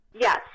Yes